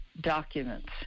documents